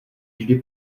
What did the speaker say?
vždy